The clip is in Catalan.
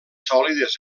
sòlides